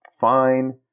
fine